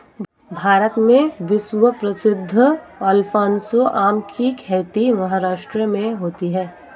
भारत में विश्व प्रसिद्ध अल्फांसो आम की खेती महाराष्ट्र में होती है